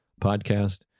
podcast